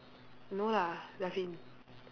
no lah Ravin